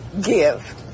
give